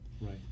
right